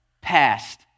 past